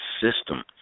system